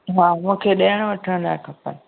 हा मूंखे ॾियण वठण लाइ खपनि